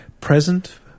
present